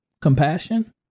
Compassion